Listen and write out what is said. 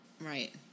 right